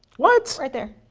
what? right there.